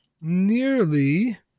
nearly